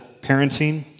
parenting